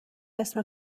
اسم